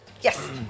Yes